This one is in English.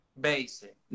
basic